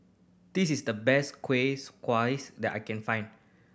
this is the best that I can find